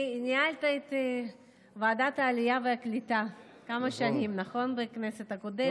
כי ניהלת את ועדת העלייה והקליטה כמה שנים בכנסת הקודמת,